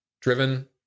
driven